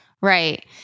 Right